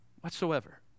whatsoever